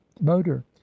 motor